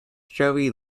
joey